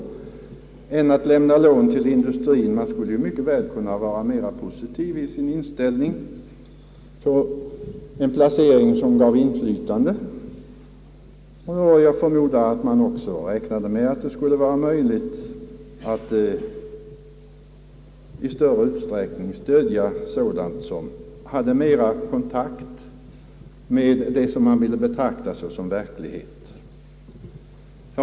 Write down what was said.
Man skulle, ansåg kongressen, mycket väl kunna vara mera positiv i sin inställning när det gällde en placering som gav inflytande. Jag förmodar att man också räknade med att det i större utsträckning skulle vara möjligt att stödja sådant som hade närmare kontakt med det som man ville betrakta som verklighetsbetonat.